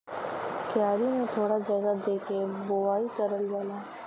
क्यारी में थोड़ा जगह दे के बोवाई करल जाला